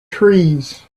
trees